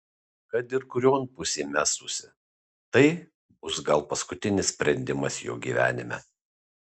kad ir kurion pusėn mestųsi tai bus gal paskutinis sprendimas jo gyvenime